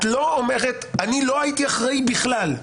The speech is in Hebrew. את לא אומרת, אני לא הייתי אחראי בכלל,